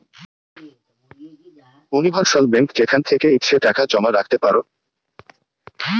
universal bank যেখান থেকে ইচ্ছে টাকা জমা রাখতে পারো